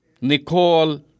Nicole